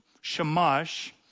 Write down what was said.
shamash